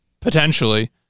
potentially